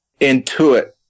intuit